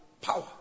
power